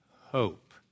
hope